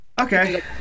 Okay